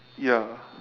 ya